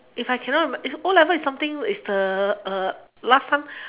if I cannot o-levels is something is the uh last time